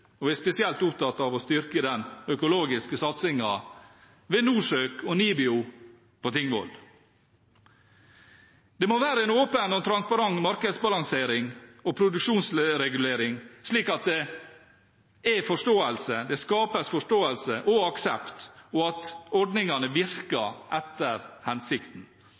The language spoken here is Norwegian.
og vi er spesielt opptatt av å styrke den økologiske satsingen ved NORSØK og NIBIO på Tingvoll. Det må være en åpen og transparent markedsbalansering og produksjonsregulering, slik at det skapes forståelse og aksept, og at ordningene virker etter hensikten.